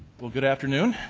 well, good afternoon.